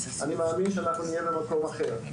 אני מאמין שאנחנו נהיה במקום אחר.